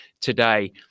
today